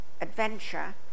adventure